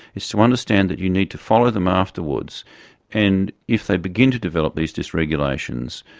it's to understand that you need to follow them afterwards and if they begin to develop these dysregulations,